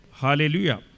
hallelujah